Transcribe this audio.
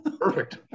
perfect